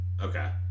Okay